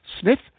sniff